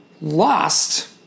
lost